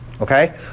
Okay